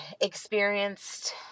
experienced